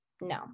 no